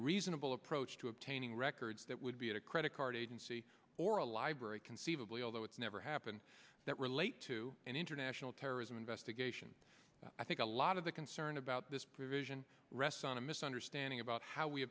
reasonable approach to obtaining records that would be a credit card agency or a library conceivably although it's never happened that relate to an international terrorism investigation i think a lot of the concern about this provision rests on a misunderstanding about how we